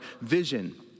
vision